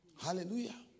Hallelujah